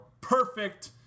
perfect